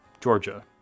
Georgia